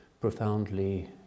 profoundly